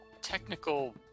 Technical